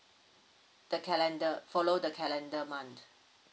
the calendar follow the calendar month